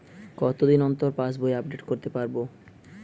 কতদিন অন্তর পাশবই আপডেট করতে পারব?